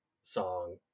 song